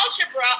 algebra